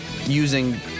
using